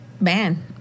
Man